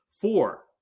Four